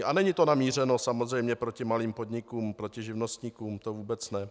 A není to namířeno samozřejmě proti malým podnikům, proti živnostníkům, to vůbec ne.